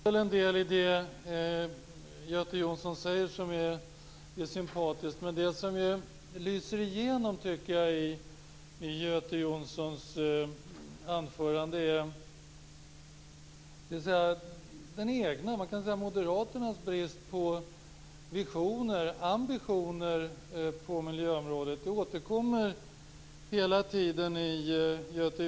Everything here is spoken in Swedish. Fru talman! Det finns väl en del i det Göte Jonsson säger som är sympatiskt. Men jag tycker att Moderaternas brist på visioner och ambitioner på miljöområdet lyser igenom i Göte Jonssons anförande.